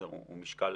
הוא משקל